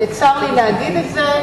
צר לי להגיד את זה,